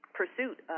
pursuit